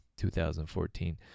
2014